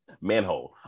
Manhole